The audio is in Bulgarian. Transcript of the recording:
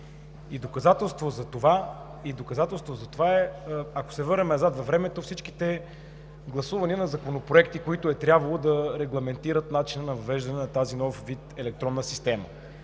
Доказателството за това са, като се върнем назад във времето, всичките гласувания по законопроекти, които е трябвало да регламентират начина на въвеждане на този нов вид електронна система.